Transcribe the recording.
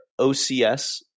OCS